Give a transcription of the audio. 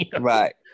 right